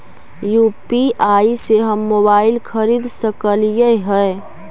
UPI से हम mobile खरिद सकलिऐ है